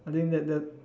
I think that the